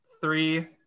Three